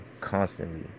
constantly